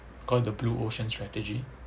call the blue ocean strategy